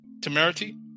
Temerity